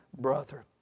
brother